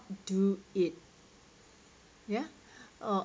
do it ya or